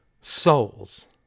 souls